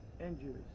Injuries